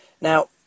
Now